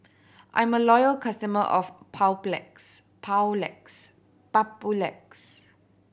I'm a loyal customer of